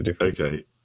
Okay